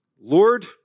Lord